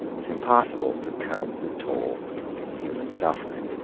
it's impossible to count the toll in human suffering.